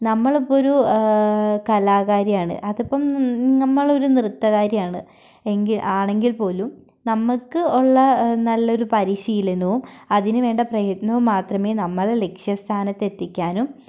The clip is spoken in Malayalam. നമ്മളിപ്പൊരു കലാകാരി ആണ് അതിപ്പം നമ്മളൊരു ഒരു നൃത്തകാരി ആണ് എങ്കി ആണെങ്കിൽ പോലും നമുക്ക് ഉള്ള നല്ലൊരു പരിശീലനവും അതിനു വേണ്ട പ്രയത്നം മാത്രമേ നമ്മളെ ലക്ഷ്യ സ്ഥാനത്ത് എത്തിക്കാനും